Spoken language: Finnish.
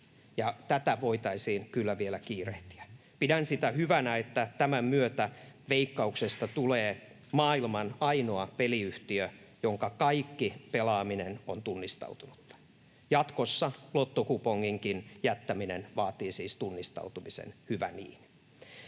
Tätä voitaisiin kyllä vielä kiirehtiä. Pidän hyvänä sitä, että tämän myötä Veikkauksesta tulee maailman ainoa peliyhtiö, jonka kaikki pelaaminen on tunnistautunutta. Jatkossa lottokuponginkin jättäminen vaatii siis tunnistautumisen — hyvä niin.